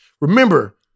remember